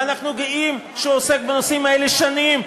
ואנחנו גאים שהוא עוסק בנושאים האלה שנים,